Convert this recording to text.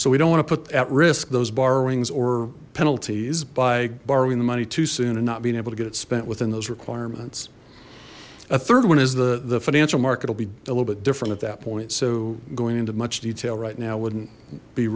so we don't want to put at risk those borrowings or penalties by borrowing the money too soon and not being able to get it spent within those requirements a third one is the the financial market will be a little bit different at that point so going into much detail right now would